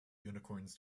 unicorns